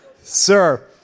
sir